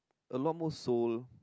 a lot more soul